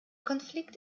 konflikt